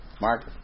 Mark